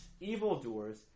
evildoers